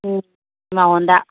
ꯎꯝ ꯁꯤꯃꯥ ꯍꯣꯜꯗ